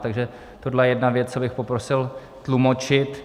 Takže tohle je jedna věc, co bych poprosil tlumočit.